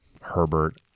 Herbert